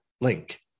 Link